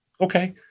Okay